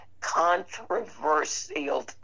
controversial